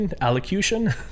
Allocution